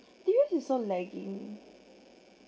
do you think this is so lagging